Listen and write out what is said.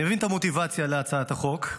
אני מבין את המוטיבציה להצעת החוק,